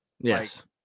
Yes